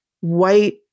white